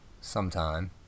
Sometime